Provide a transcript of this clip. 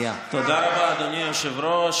תודה רבה, אדוני היושב-ראש.